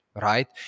Right